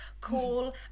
call